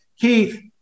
Keith